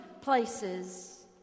places